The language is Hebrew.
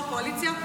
יו"ר הקואליציה,